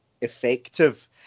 effective